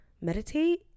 meditate